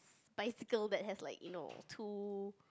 bicycle that has like you know two